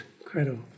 incredible